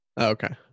Okay